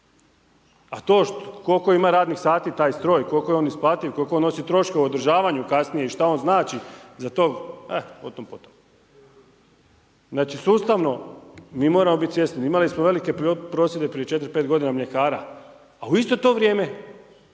A to koliko ima radnih sati taj stroj, koliko je on isplativ i koliko on nosi troškove u održavanju kasnije i šta on znači za to, e o tom, potom. Znači sustavno mi moramo biti svjesni, imali smo velike prosvjede prije 4, 5 godina mljekara a u isto to vrijeme